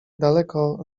daleko